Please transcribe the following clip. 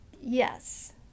Yes